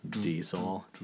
diesel